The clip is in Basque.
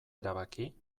erabaki